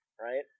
right